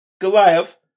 Goliath